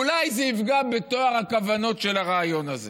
אולי זה יפגע בטוהר הכוונות של הרעיון הזה.